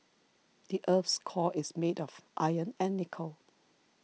the earth's core is made of iron and nickel